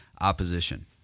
opposition